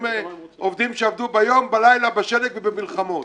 הם עובדים שעבדו ביום, בלילה, בשלג ובמלחמות.